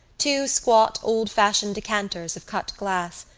two squat old-fashioned decanters of cut glass,